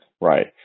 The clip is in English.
Right